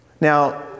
Now